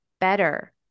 better